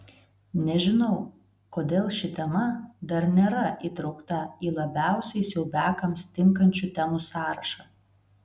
nežinau kodėl ši tema dar nėra įtraukta į labiausiai siaubiakams tinkančių temų sąrašą